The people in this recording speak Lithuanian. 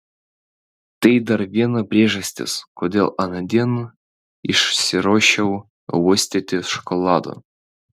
tai dar viena priežastis kodėl anądien išsiruošiau uostyti šokolado